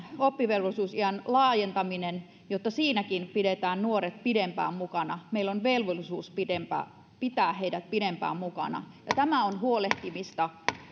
oppivelvollisuusiän laajentaminen jotta siinäkin pidetään nuoret pidempään mukana meillä on velvollisuus pitää heidät pidempään mukana tämä on huolehtimista